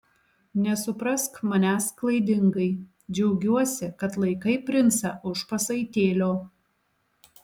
nesuprask manęs klaidingai džiaugiuosi kad laikai princą už pasaitėlio